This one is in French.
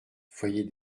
foyer